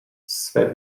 swe